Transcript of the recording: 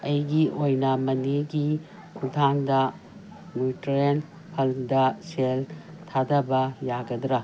ꯑꯩꯒꯤ ꯑꯣꯏꯅ ꯃꯅꯤꯒꯤ ꯈꯨꯊꯥꯡꯗ ꯐꯟꯗ ꯁꯦꯜ ꯊꯥꯗꯕ ꯌꯥꯒꯗ꯭ꯔꯥ